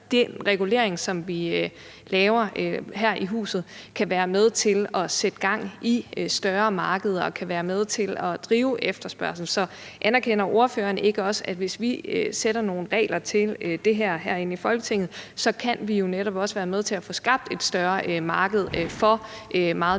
den regulering, som vi laver her i huset, kan være med til at sætte gang i større markeder og kan være med til at drive en efterspørgsel. Så anerkender ordføreren ikke også, at hvis vi sætter nogle regler for det her herinde i Folketinget, kan vi jo netop også være med til at få skabt et større marked for meget